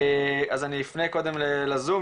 אז אני אפנה קודם לזום,